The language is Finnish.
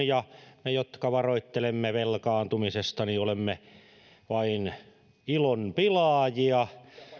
ja me jotka varoittelemme velkaantumisesta olemme vain ilonpilaajia